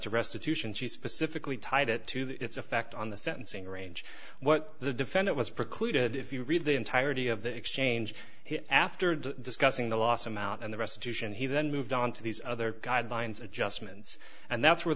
to restitution she specifically tied it to its effect on the sentencing range what the defendant was precluded if you read the entirety of the exchange after the discussing the loss amount and the restitution he then moved on to these other guidelines adjustments and that's where